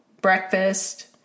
breakfast